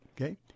Okay